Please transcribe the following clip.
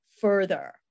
further